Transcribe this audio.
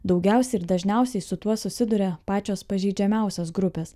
daugiausiai ir dažniausiai su tuo susiduria pačios pažeidžiamiausios grupės